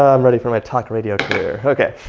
i'm ready for my talk radio here. okay,